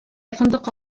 الفندق